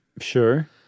Sure